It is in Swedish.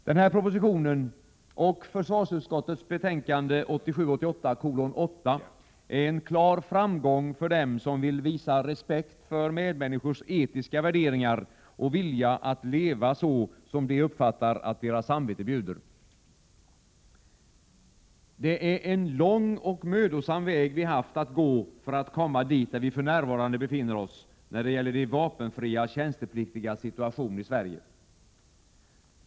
Den här propositionen — och försvarsutskottets betänkande 1987/88:8 — är en klar framgång för dem som vill visa respekt för medmänniskors etiska värderingar och vilja att leva så som de uppfattar att deras samvete bjuder. Det är en lång och mödosam väg som vi har haft att gå för att komma dit, där vi för närvarande befinner oss när det gäller de vapenfria tjänstepliktigas situation i Sverige.